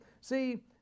See